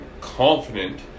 confident